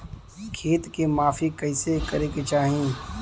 खेत के माफ़ी कईसे करें के चाही?